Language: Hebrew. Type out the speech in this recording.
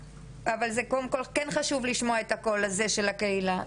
אבל זה קודם כל כן חשוב לשמוע את הקול הזה של הקהילה,